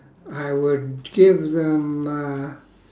I would give them uh